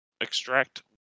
extract